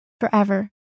forever